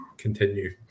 continue